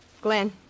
Glenn